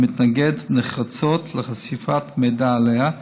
המתנגד נחרצות לחשיפת מידע עליה,